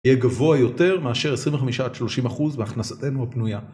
יהיה גבוה יותר מאשר 25 עד 30 אחוז מהכנסתנו הפנויה.